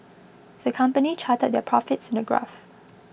the company charted their profits in a graph